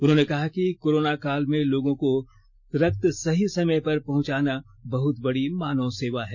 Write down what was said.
उन्होंने कहा कि कोरोना काल में लोगों को रक्त सही समय पर पहंचाना बहुत बड़ी मानव सेवा है